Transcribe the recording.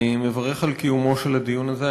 אני מברך על קיומו של הדיון הזה.